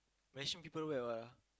Malaysian people wear what ah